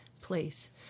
place